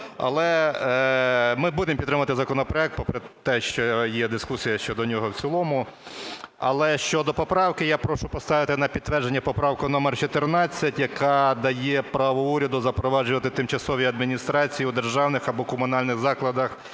Але ми будемо підтримувати законопроект, попри те, що є дискусія щодо нього в цілому. Але щодо поправки, я прошу поставити на підтвердження поправку номер 14, яка дає право уряду запроваджувати тимчасові адміністрації у державних або комунальних закладах